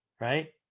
Right